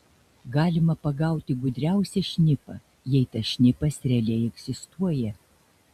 galima pagauti gudriausią šnipą jei tas šnipas realiai egzistuoja